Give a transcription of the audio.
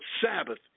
Sabbath